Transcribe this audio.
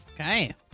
Okay